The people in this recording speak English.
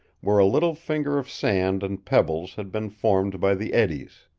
where a little finger of sand and pebbles had been formed by the eddies.